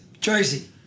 jersey